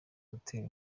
gutera